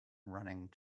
running